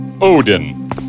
Odin